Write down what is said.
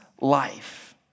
life